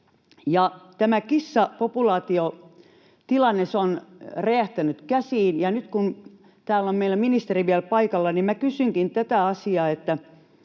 Tämä kissapopulaatiotilanne on räjähtänyt käsiin. Nyt kun täällä on meillä ministeri vielä paikalla, niin kysynkin tätä asiaa.